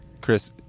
Chris